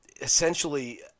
essentially